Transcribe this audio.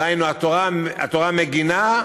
דהיינו, התורה מגינה,